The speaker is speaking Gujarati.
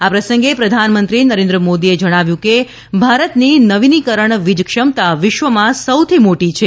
આ પ્રસંગે પ્રધાનમંત્રી નરેન્દ્ર મોદીએ જણાવ્યું કે ભારતની નવીનીકરણ વિજક્ષમતા વિશ્વમાં સૌથી મોટી છે